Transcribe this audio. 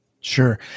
Sure